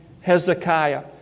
Hezekiah